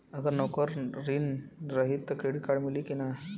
अगर नौकरीन रही त क्रेडिट कार्ड मिली कि ना?